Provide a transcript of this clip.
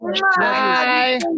Bye